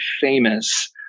famous